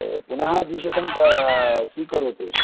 ए पुनः द्विशतं स्वीकरोतु